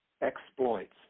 exploits